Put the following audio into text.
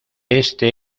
este